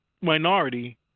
minority